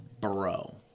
bro